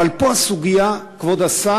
אבל, פה הסוגיה, כבוד השר,